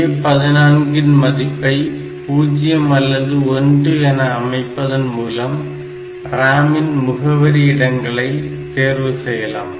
A14 இன் மதிப்பை 0 அல்லது ஒன்று என அமைப்பதன் மூலம் RAM இன் முகவரி இடங்களை தேர்வு செய்யலாம்